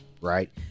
right